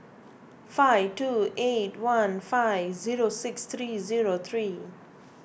five two eight one five zero six three zero three